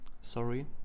sorry